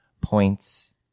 points